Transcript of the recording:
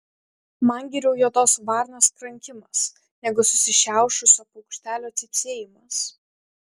man geriau juodos varnos krankimas negu susišiaušusio paukštelio cypsėjimas